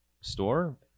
store